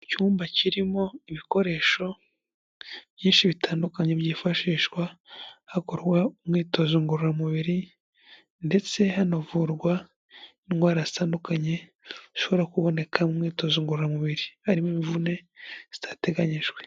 Icyumba kirimo ibikoresho byinshi bitandukanye, byifashishwa hakorwa umwitozo ngororamubiri ndetse hanavurwa indwara zitandukanye, zishobora kuboneka mu mwitozo ngororamubiri, harimo imvune zitateganyijwe.